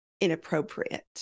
inappropriate